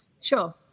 Sure